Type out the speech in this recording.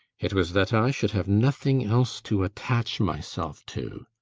it was that i should have nothing else to attach myself to.